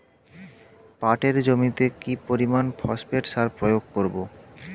পাটের জমিতে কি পরিমান ফসফেট সার প্রয়োগ করব?